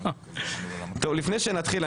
לפני שנתחיל,